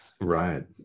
Right